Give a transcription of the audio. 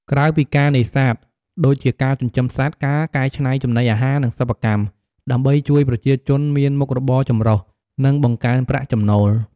ក្រៅពីការនេសាទ ដូចជាការចិញ្ចឹមសត្វ ការកែច្នៃចំណីអាហារ និងសិប្បកម្ម ដើម្បីជួយប្រជាជនមានមុខរបរចម្រុះ និងបង្កើនប្រាក់ចំណូល។